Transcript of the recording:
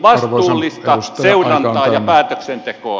vastuullista seurantaa ja päätöksentekoa